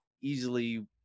easily